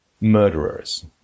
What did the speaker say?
murderers